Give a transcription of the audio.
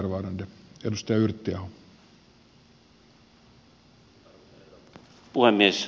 arvoisa herra puhemies